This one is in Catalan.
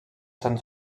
sant